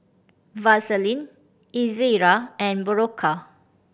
Vaselin Ezerra and Berocca